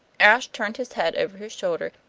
ashe turned his head over his shoulder,